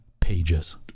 pages